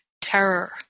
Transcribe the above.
terror